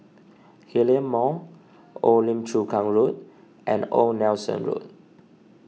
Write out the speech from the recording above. Hillion Mall Old Lim Chu Kang Road and Old Nelson Road